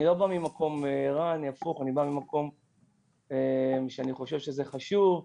אני לא בא ממקום רע, להפך אני חושב שזה חשוב.